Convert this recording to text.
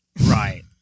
Right